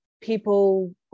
people